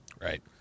right